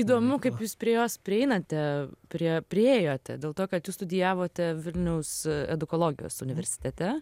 įdomu kaip jūs prie jos prieinate prie priėjote dėl to kad jūs studijavote vilniaus edukologijos universitete